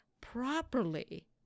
properly